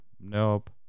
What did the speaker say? nope